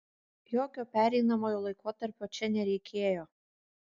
jokio pereinamojo laikotarpio čia nereikėjo